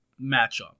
matchup